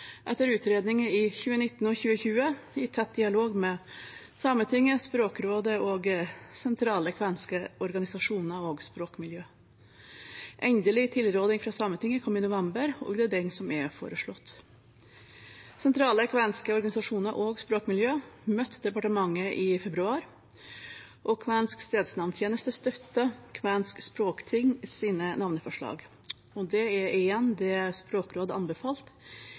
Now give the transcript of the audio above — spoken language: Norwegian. etter utredninger i 2019 og 2020 i tett dialog med Sametinget, Språkrådet og sentrale kvenske organisasjoner og språkmiljøer. Endelig tilråding fra Sametinget kom i november, og det er denne som er foreslått. Sentrale kvenske organisasjoner og språkmiljøer møtte departementet i februar. Kvensk stedsnavntjeneste støttet Kvensk språktings navneforslag. Det er igjen det Språkrådet anbefalte